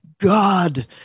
God